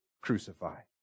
crucified